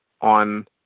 on